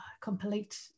complete